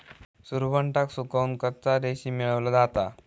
सुरवंटाक सुकवन कच्चा रेशीम मेळवला जाता